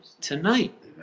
tonight